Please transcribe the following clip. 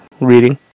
reading